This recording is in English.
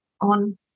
on